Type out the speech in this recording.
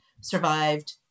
survived